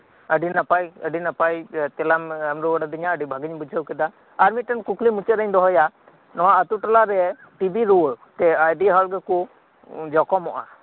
ᱟᱹᱰᱤ ᱱᱟᱯᱟᱭ ᱟᱹᱰᱤ ᱱᱟᱯᱟᱭ ᱛᱮᱞᱟᱢ ᱮᱢ ᱨᱩᱣᱟᱹᱲ ᱟᱹᱫᱤᱧᱟ ᱟᱹᱰᱤ ᱵᱷᱟᱹᱜᱮᱹᱧ ᱵᱩᱡᱷᱟᱹᱣ ᱠᱮᱫᱟ ᱟᱨ ᱢᱤᱫᱴᱟᱝ ᱠᱩᱠᱞᱤ ᱢᱩᱪᱟᱹᱫ ᱨᱮᱧ ᱫᱚᱦᱚᱭᱟ ᱱᱚᱶᱟ ᱟᱛᱳ ᱴᱚᱞᱟᱨᱮ ᱴᱤᱵᱤ ᱨᱩᱣᱟᱹᱛᱮ ᱟᱹᱰᱤ ᱦᱚᱲᱜᱮᱠᱚ ᱡᱚᱠᱷᱚᱢᱚᱜᱼᱟ